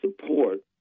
support